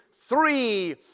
three